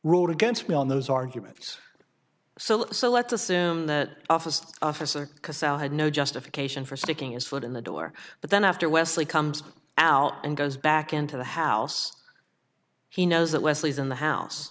ruled against me on those arguments so let's assume that officer officer had no justification for sticking his foot in the door but then after wesley comes out and goes back into the house he knows that wesley is in the house